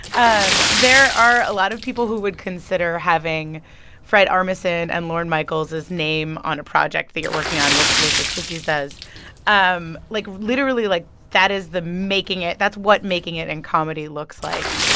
um there are a lot of people who would consider having fred armisen and lorne michaels' name on a project that you're working on, which los espookys does um like, literally, like, that is the making it that's what making it in comedy looks like.